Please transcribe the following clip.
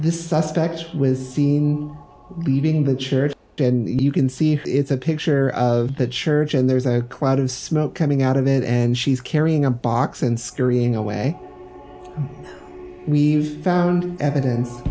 this suspect was seen leaving the church and you can see it's a picture of the church and there's a cloud of smoke coming out of it and she's carrying a box and scurrying away we've found evidence